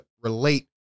relate